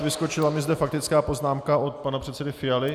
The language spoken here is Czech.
Vyskočila mi zde faktická poznámka od pana předsedy Fialy.